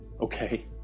Okay